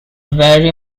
very